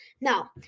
Now